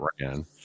ran